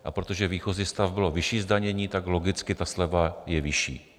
A protože výchozí stav bylo vyšší zdanění, logicky ta sleva je vyšší.